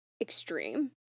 extreme